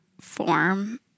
form